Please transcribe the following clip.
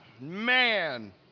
Man